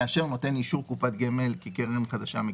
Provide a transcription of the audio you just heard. ניתן לה אישור קופת גמל כקרן חדשה מקיפה,